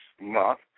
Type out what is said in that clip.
month